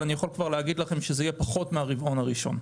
אבל אני יכול כבר להגיד לכם שזה יהיה משמעותית פחות מהרבעון הראשון.